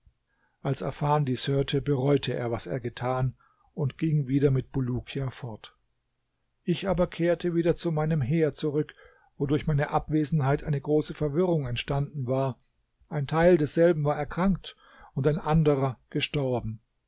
als afan dies hörte bereute er was er getan und ging wieder mit bulukia fort ich aber kehrte wieder zu meinem heer zurück wo durch meine abwesenheit eine große verwirrung entstanden war ein teil desselben war erkrankt ein anderer gestorben